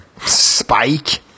Spike